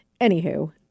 Anywho